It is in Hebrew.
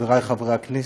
חברי חברי הכנסת,